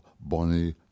Bonnie